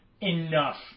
enough